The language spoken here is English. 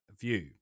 view